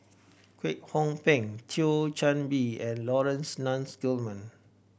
Kwek Hong Png Thio Chan Bee and Laurence Nunns Guillemard